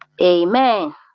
Amen